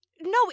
No